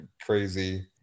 crazy